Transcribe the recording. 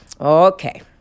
okay